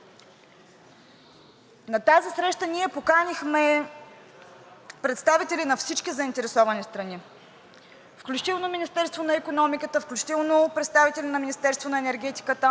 На тази среща ние поканихме представители на всички заинтересовани страни, включително Министерството на икономиката, включително представители на Министерството на енергетиката,